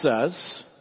says